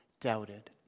doubted